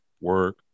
work